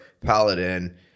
paladin